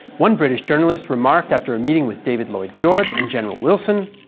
one british journalist remarked after a meeting with david lloyd george and general wilson